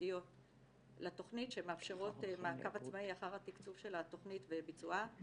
ייעודיות לתכנית שמאפשרות מעקב עצמאי אחר התקצוב של התכנית וביצועה.